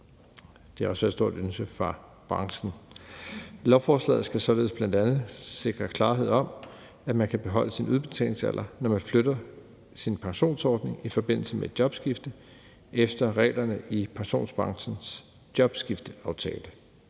Det har også været et stort ønske fra branchen. Lovforslaget skal således bl.a. sikre klarhed om, at man kan beholde sin udbetalingsalder, når man flytter sin pensionsordning i forbindelse med et jobskifte efter reglerne i pensionsbranchens jobskifteaftale.